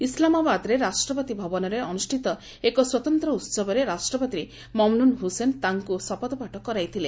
ଇସ୍ଲାମାବାଦରେ ରାଷ୍ଟ୍ରପତି ଭବନରେ ଅନୁଷ୍ଠିତ ଏକ ସ୍ୱତନ୍ତ ଉତ୍ସବରେ ରାଷ୍ଟ୍ରପତି ମମ୍ନୁନ୍ ହୁସେନ୍ ତାଙ୍କୁ ଶପଥପାଠ କରାଇଥିଲେ